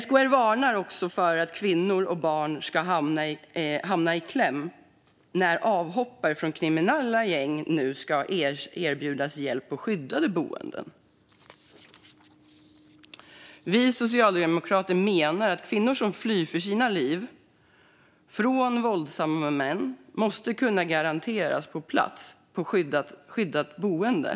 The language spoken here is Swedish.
SKR varnar också för att kvinnor och barn ska hamna i kläm när avhoppare från kriminella gäng nu ska erbjudas hjälp på skyddade boenden. Vi socialdemokrater menar att kvinnor som flyr för sina liv från våldsamma män måste kunna garanteras plats på skyddat boende.